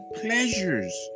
pleasures